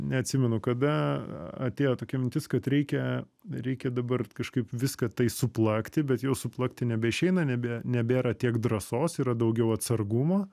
neatsimenu kada atėjo tokia mintis kad reikia reikia dabar kažkaip viską tai suplakti bet jau suplakti nebeišeina nebė nebėra tiek drąsos yra daugiau atsargumo